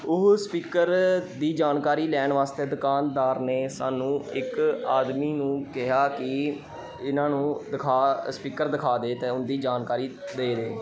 ਉਹ ਸਪੀਕਰ ਦੀ ਜਾਣਕਾਰੀ ਲੈਣ ਵਾਸਤੇ ਦੁਕਾਨਦਾਰ ਨੇ ਸਾਨੂੰ ਇੱਕ ਆਦਮੀ ਨੂੰ ਕਿਹਾ ਕਿ ਇਹਨਾਂ ਨੂੰ ਦਿਖਾ ਸਪੀਕਰ ਦਿਖਾ ਦੇ ਅਤੇ ਉਹਦੀ ਜਾਣਕਾਰੀ ਦੇ ਦੇ